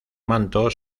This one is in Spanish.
manto